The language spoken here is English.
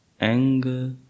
anger